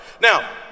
Now